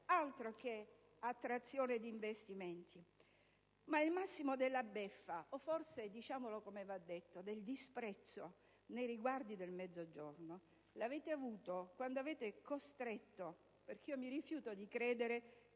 altro che attrazione di investimenti! Ma il massimo della beffa, o forse - diciamolo come va detto - del disprezzo nei riguardi del Mezzogiorno l'avete mostrato quando avete costretto il relatore (perché mi rifiuto di credere